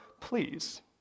please